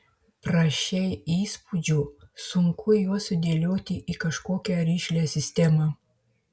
prašei įspūdžių sunku juos sudėlioti į kažkokią rišlią sistemą